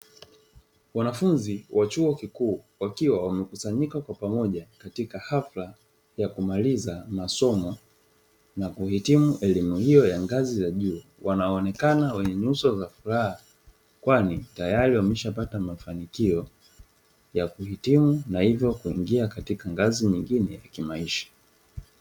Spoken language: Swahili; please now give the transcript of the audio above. Wanafunzi wa chuo kikuu wakiwa wamekusanyika kwa pamoja katika hafla ya kumaliza masomo na kuhitimu elimu hiyo ya ngazi ya juu wanaonekana wenye nyuso za furaha kwani tayari wameshapata mafanikio ya kuhitimu na hivyo kuingia katika ngazi nyingine ya kimaisha.